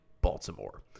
Baltimore